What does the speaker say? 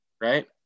right